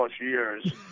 years